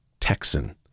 Texan